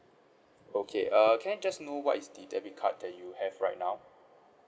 okay uh can I just know what is the debit card that you have right now